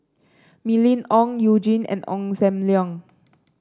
Mylene Ong You Jin and Ong Sam Leong